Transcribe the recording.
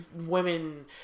women